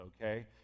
okay